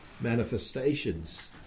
manifestations